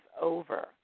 over